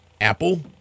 apple